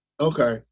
okay